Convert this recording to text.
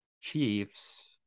Chiefs